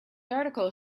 article